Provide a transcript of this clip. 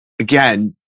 again